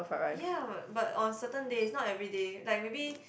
ya but on certain days not everyday like maybe